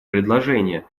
предложение